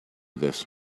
this